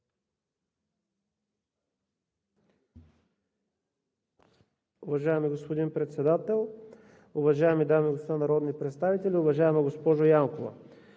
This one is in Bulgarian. Уважаеми господин Председател, уважаеми дами и господа народни представители! Уважаема госпожо Цветкова,